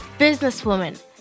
businesswoman